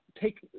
take